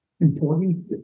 important